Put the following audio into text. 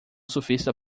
surfista